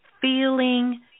feeling